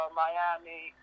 miami